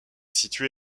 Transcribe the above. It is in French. située